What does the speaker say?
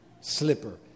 slipper